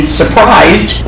surprised